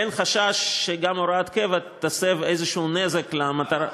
אין חשש שגם הוראת קבע תסב איזשהו נזק למטרה,